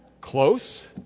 Close